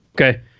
Okay